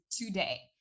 today